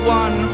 one